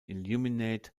illuminate